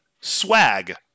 swag